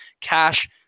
cash